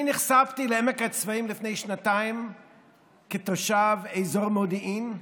אני נחשפתי לעמק הצבאים לפני שנתיים כתושב אזור מודיעין,